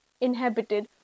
inhabited